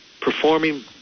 performing